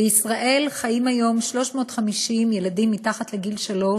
בישראל חיים היום 350 ילדים מתחת לגיל שלוש